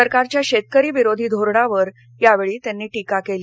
सरकारच्या शेतकरी विरोधी धोरणावर यावेळी त्यांनी टीका केली